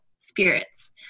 spirits